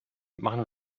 machen